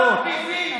שמעת אותי?